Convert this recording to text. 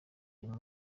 uyu